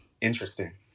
Interesting